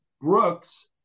Brooks